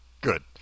Good